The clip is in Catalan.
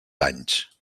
anys